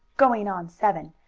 going on seven,